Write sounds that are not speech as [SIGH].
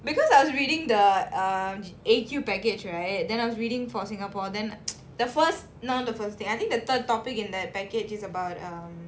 because I was reading the ah A_Q package right then I'm reading for singapore then [NOISE] the first not the first thing I think the third topic in that package is about um